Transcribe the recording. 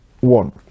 one